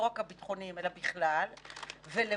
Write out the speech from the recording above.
לא רק הביטחוניים אלא בכלל ולמולם,